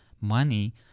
money